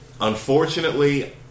unfortunately